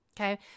Okay